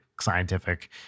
scientific